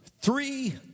three